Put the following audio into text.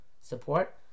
support